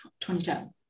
2010